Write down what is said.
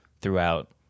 throughout –